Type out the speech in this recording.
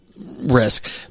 Risk